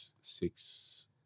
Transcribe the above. six